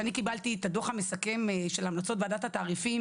כשאני קיבלתי את הדו"ח המסכם של המלצות וועדת התעריפים